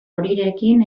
horirekin